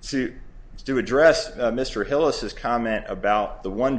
suit do address mr avila says comment about the one